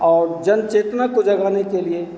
और जन चेतना को जगाने के लिए